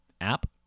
app